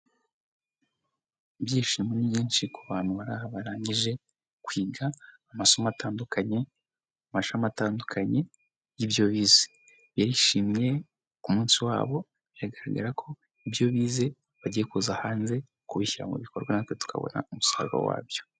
Ibyishimo ni byinshi ku bantu bari aha barangije kwiga amasomo atandukanye mu mashami atandukanye y'ibyo bize, barishimye ku munsi wa bo biragaragara ko ibyo bize bagiye kuza hanze kubishyira mu bikorwa na twe tukabona umusaruro wabyo.